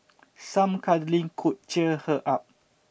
some cuddling could cheer her up